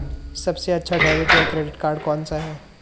सबसे अच्छा डेबिट या क्रेडिट कार्ड कौन सा है?